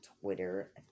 Twitter